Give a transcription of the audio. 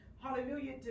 Hallelujah